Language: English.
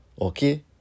Okay